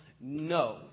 No